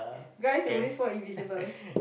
guys always want invisible